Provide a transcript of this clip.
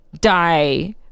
die